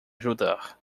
ajudar